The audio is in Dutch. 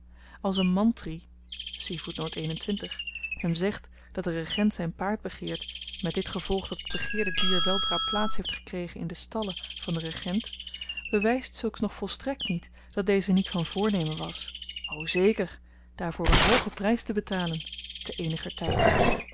als een mantrie hem zegt dat de regent zyn paard begeert met dit gevolg dat het begeerde dier weldra plaats heeft gekregen in de stallen van den regent bewyst zulks nog volstrekt niet dat deze niet van voornemen was o zeker daarvoor een hoogen prys te betalen